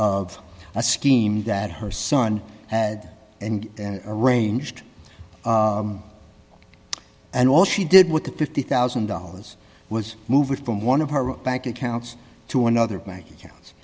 a scheme that her son had and arranged and all she did with the fifty thousand dollars was moved from one of her bank accounts to another bank account